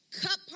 cut